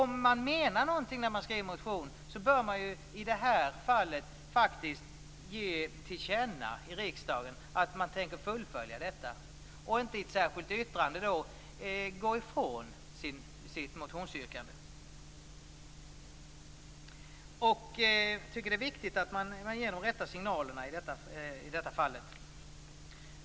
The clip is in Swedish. Om man menar något när man skriver motion bör man, som i det här fallet, ge riksdagen till känna att man tänker fullfölja den och inte gå ifrån sitt motionsyrkande i ett särskilt yttrande. Det är viktigt att ge riktiga signaler. Herr talman!